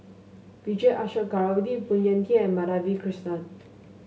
Vijesh Ashok Ghariwala Phoon Yew Tien and Madhavi Krishnan